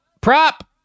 prop